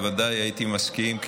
בוודאי הייתי מסכים,